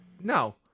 No